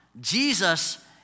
Jesus